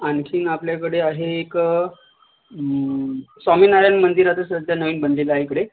आणखी आपल्याकडे आहे एक स्वामीनारायण मंदिर आता सध्या नवीन बनलेलं आहे इकडे